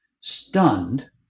stunned